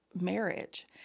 marriage